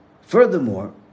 furthermore